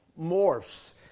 morphs